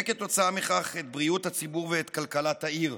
וכתוצאה מכך, את בריאות הציבור ואת כלכלת העיר.